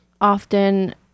often